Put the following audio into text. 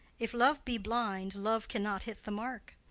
if love be blind love cannot hit the mark.